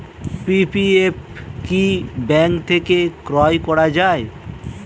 PPF কি bank থেকে ক্রয় করা যায়?